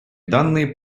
данные